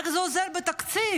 איך זה עוזר לתקציב?